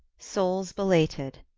souls belated